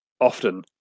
often